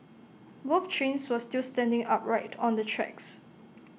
both trains were still standing upright on the tracks